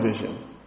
vision